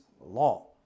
law